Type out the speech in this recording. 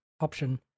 option